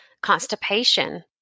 constipation